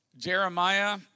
Jeremiah